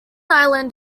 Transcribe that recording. island